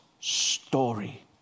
story